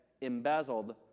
embezzled